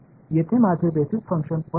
येथे माझे basis function pulse होते